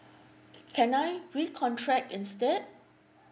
can I please contract instead